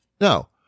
No